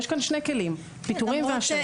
יש כאן שני כלים פיטורים והשעיה.